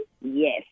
yes